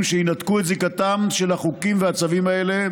שינתקו את זיקתם של החוקים והצווים האלה